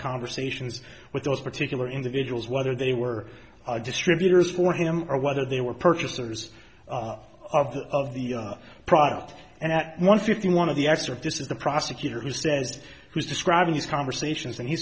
conversations with those particular individuals whether they were distributors for him or whether they were purchasers of the of the product and at one fifty one of the excerpt this is the prosecutor who says who is describing these conversations and he